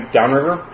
downriver